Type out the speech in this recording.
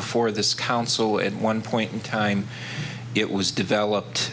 before this council at one point in time it was developed